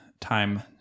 time